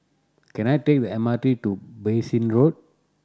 can I take the M R T to Bassein Road